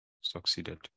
succeeded